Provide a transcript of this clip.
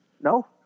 No